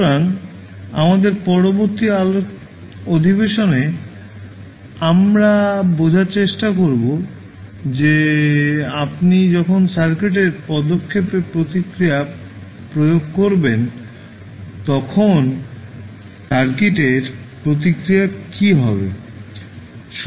সুতরাং আমাদের আলোচনার পরবর্তী অধিবেশনটিতে আমরা বোঝার চেষ্টা করব যে আপনি যখন সার্কিটের পদক্ষেপের প্রতিক্রিয়া প্রয়োগ করবেন তখন সার্কিটের প্রতিক্রিয়ার কী হবে